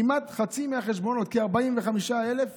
כמעט חצי מהחשבונות, כ-45 אלף